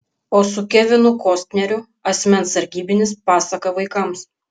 o su kevinu kostneriu asmens sargybinis pasaka vaikams